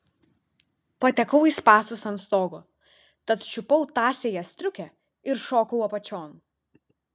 patekau į spąstus ant stogo tad čiupau tąsiąją striukę ir šokau apačion